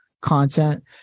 content